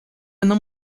não